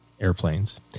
airplanes